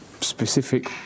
specific